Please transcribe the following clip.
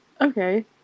okay